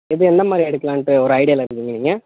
இது எந்த மாதிரி எடுக்கலான்ட்டு ஒரு ஐடியாவில இருக்கீங்க நீங்கள்